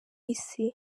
isi